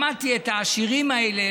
שמעתי את העשירים האלה,